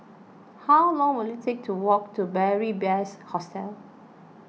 how long will it take to walk to Beary Best Hostel